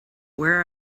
where